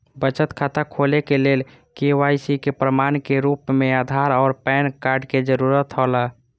बचत खाता खोले के लेल के.वाइ.सी के प्रमाण के रूप में आधार और पैन कार्ड के जरूरत हौला